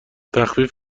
تخفیف